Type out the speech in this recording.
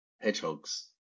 hedgehogs